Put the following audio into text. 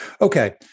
Okay